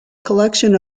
collection